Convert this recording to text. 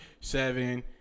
seven